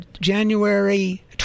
January